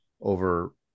over